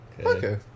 Okay